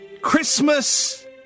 Christmas